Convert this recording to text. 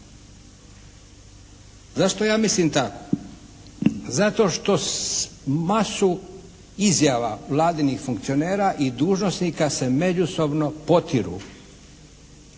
Zašto ja mislim tako? Zato što masu izjava vladinih funkcionera i dužnosnika se međusobno potiru.